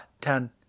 ten